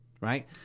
Right